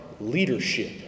leadership